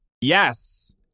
Yes